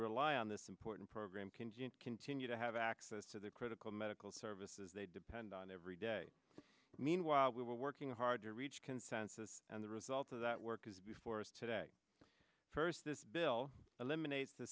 rely on this important program can continue to have access to the critical medical services they depend on every day meanwhile we were working hard to reach consensus and the result of that work is before us today first this bill eliminates the